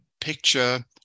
picture